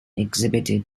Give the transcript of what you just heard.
exhibited